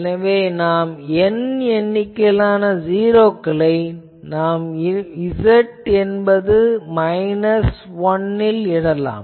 எனவே நாம் N எண்ணிக்கையிலான ஜீரோக்களை நாம் Z என்பது மைனஸ் 1 ல் இடலாம்